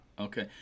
Okay